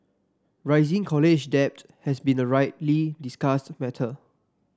rising college debt has been a widely discussed matter